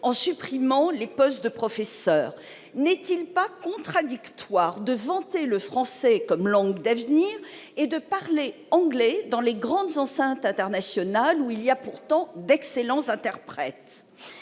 en supprimant des postes de professeurs ? N'est-il pas contradictoire de vanter le français comme langue d'avenir et de parler anglais dans les grandes enceintes internationales, où l'on trouve pourtant d'excellents interprètes ?